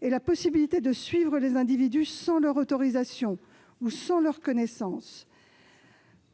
et la possibilité de suivre les individus sans leur autorisation ou sans qu'ils en aient connaissance.